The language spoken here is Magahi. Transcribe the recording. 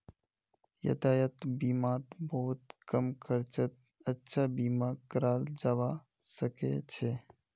यातायात बीमात बहुत कम खर्चत अच्छा बीमा कराल जबा सके छै